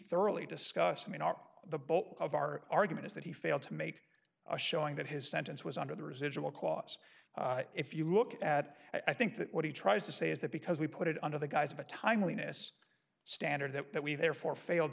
thoroughly discussed i mean our the boat of our argument is that he failed to make a showing that his sentence was under the residual clause if you look at i think that what he tries to say is that because we put it under the guise of a timeliness standard that we therefore failed